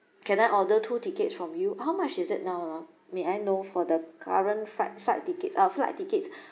can I order two tickets from you how much is it now ah may I know for the current flight flight tickets uh flight tickets